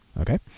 Okay